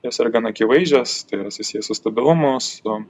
jos yra gan akivaizdžios yra susiję su stabilumu su